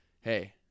hey